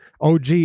OG